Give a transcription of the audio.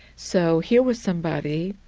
so here was somebody,